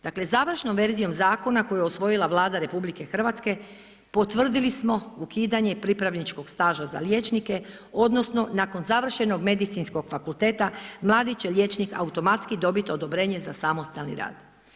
Dakle završnom verzijom zakona koji je usvojila Vlada RH potvrdili smo ukidanje pripravničkog staža za liječnike odnosno nakon završenog Medicinskog fakulteta, mladi će liječnik automatski dobiti odobrenje za samostalni rad.